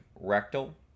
rectal